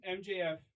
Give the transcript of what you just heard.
MJF